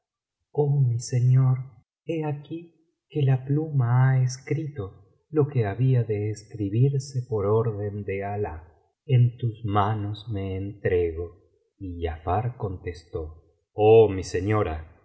oh mi señor lie aquí que la pluma ha escrito lo que había de escribirse por orden de alah en tus manos me entrego y giafar contestó oh mi señora